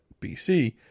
BC